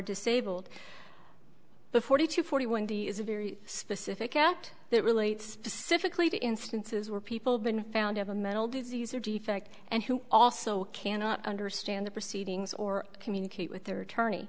disabled the forty to forty one d is a very specific act that relates specifically to instances where people been found of a mental disease or defect and who also cannot understand the proceedings or communicate with their attorney